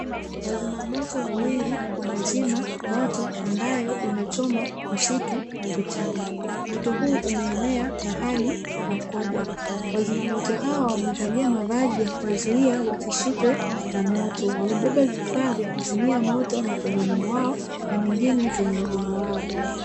Wazima moto wawili wanazima moto ambao unachoma msitu na vichaka. Moto huu umeenea mahali pakubwa. Wazima moto hawa wamevalia mavazi ya kuwazuia wasishikwe na moto. Wamebeba vifaa vya kuzimia moto mikononi mwao na vingine kwenye mgongo wao.